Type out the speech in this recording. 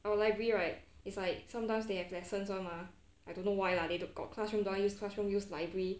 our library right it's like sometimes they have lessons one mah I don't know why lah they got classroom don't want use classroom use library